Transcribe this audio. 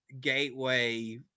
gateway